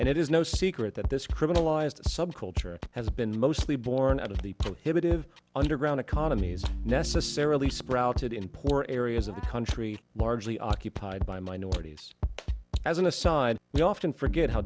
and it is no secret that this criminalized subculture has been mostly born out of the prohibitive underground economies necessarily sprouted in poor areas of the country largely occupied by minorities as an aside we often forget how